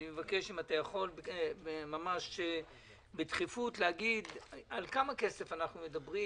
אם אתה יכול בדחיפות להגיד על כמה כסף מדובר,